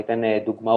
אני אתן דוגמאות,